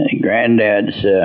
Granddad's